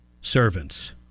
servants